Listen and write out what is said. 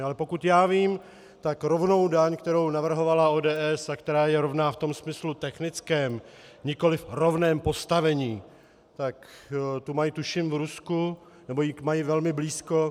Ale pokud já vím, tak rovnou daň, kterou navrhovala ODS a která je rovná v tom smyslu technickém, nikoli rovném postavení, tak tu mají, tuším, v Rusku, nebo k ní mají velmi blízko.